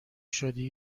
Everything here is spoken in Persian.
شدی